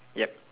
yup